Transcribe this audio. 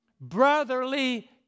Brotherly